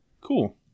cool